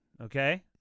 okay